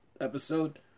Episode